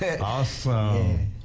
Awesome